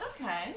Okay